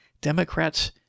Democrats